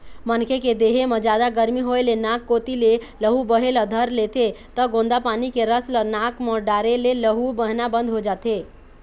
मनखे के देहे म जादा गरमी होए ले नाक कोती ले लहू बहे ल धर लेथे त गोंदा पाना के रस ल नाक म डारे ले लहू बहना बंद हो जाथे